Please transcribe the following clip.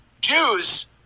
Jews